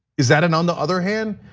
is that and on the other hand?